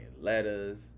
letters